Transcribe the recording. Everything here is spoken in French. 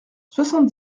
soixante